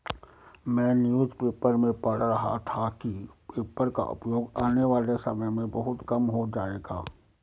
मैं newspaper में पढ़ रहा था कि पेपर का उपयोग आने वाले समय में बहुत कम हो जाएगा